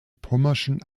pommerschen